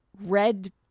red